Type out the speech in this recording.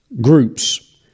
groups